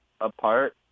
apart